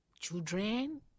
children